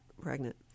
pregnant